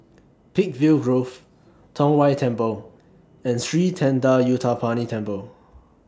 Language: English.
Peakville Grove Tong Whye Temple and Sri Thendayuthapani Temple